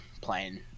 playing